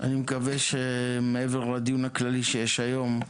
אני מקווה שמעבר לדיון הכללי שיש היום,